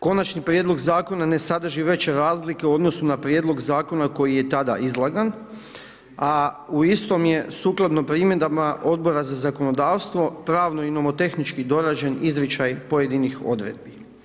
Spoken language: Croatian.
Konačni prijedlog zakona ne sadrži veće razlike u odnosu na prijedlog zakona koji je tada izlagan, a u istom je sukladno primjedbama Odbora za zakonodavstvo pravo i nomotehnički dorađen izričaj pojedinih odredbi.